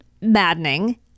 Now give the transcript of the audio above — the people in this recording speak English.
maddening